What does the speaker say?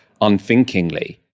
unthinkingly